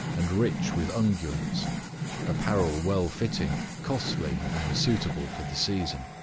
and rich with unguents apparel well-fitting, costly, and suitable for the season.